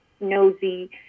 nosy